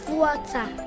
water